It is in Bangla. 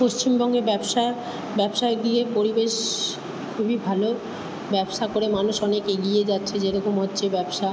পশ্চিমবঙ্গে ব্যবসা ব্যবসায় গিয়ে পরিবেশ খুবই ভালো ব্যবসা করে মানুষ অনেক এগিয়ে যাচ্ছে যেরকম হচ্ছে ব্যবসা